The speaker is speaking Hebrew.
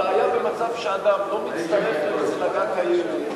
הבעיה במצב שאדם לא מצטרף למפלגה קיימת,